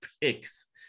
picks